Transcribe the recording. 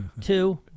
Two